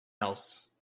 else